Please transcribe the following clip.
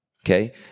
Okay